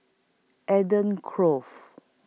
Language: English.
Eden